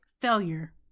failure